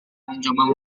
mencoba